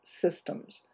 systems